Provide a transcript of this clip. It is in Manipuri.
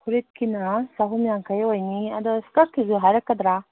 ꯐꯨꯔꯤꯠꯀꯤꯅ ꯆꯍꯨꯝ ꯌꯥꯡꯈꯩ ꯑꯣꯏꯅꯤ ꯑꯗꯣ ꯏꯁꯀ꯭ꯔꯠꯀꯤꯁꯨ ꯍꯥꯏꯔꯛꯀꯗ꯭ꯔꯥ